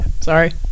Sorry